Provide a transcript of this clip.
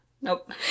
Nope